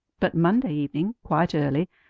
but monday evening quite early,